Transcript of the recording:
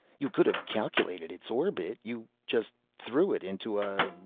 you could've calculated its orbit. you just threw it into a, ah,